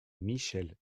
michèle